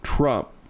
Trump